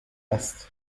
است